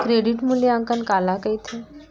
Credit मूल्यांकन काला कहिथे?